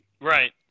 Right